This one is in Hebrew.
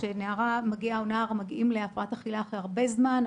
כשנערה או נער מגיעים להפרעת אכילה הרבה זמן.